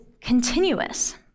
continuous